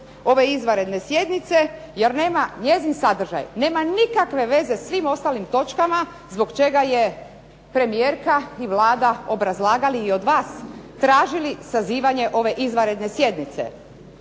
ove izvanredne sjednice jer nema, njezin sadržaj nema nikakve veze sa svim ostalim točkama zbog čega je premijerka i Vlada obrazlagali i od vas tražili sazivanje ove izvanredne sjednice.